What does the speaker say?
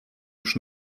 już